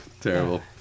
terrible